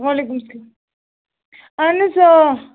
وعلیکُم سلام اَہَن حظ آ